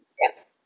Yes